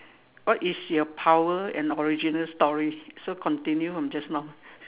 what is your power and original story so continue from just now